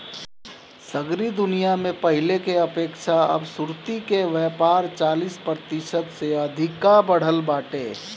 सगरी दुनिया में पहिले के अपेक्षा अब सुर्ती के व्यापार चालीस प्रतिशत से अधिका बढ़ल बाटे